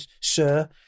sir